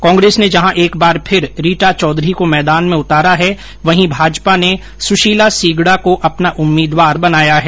कांग्रेस ने जहां एक बार फिर रीटा चौधरी को मैदान में उतारा है वहीं भाजपा ने सुशीला सीगडा को अपना उम्मीदवार बनाया है